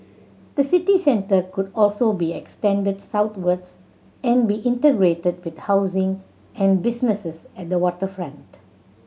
the city centre could also be extended southwards and be integrated with housing and businesses at the waterfront